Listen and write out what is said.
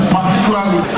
particularly